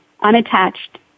unattached